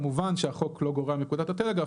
כמובן שהחוק לא גורע מפקודת הטלגרף,